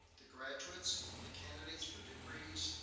the graduates, the candidates for degrees,